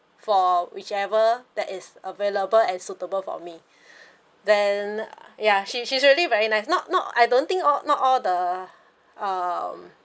for whichever that is available and suitable for me then yeah she she really very nice not not I don't think all not all the um